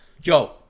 Joe